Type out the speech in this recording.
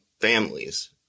families